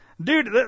dude